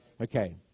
Okay